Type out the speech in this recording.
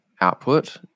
output